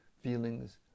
feelings